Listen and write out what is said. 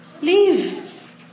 leave